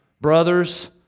brothers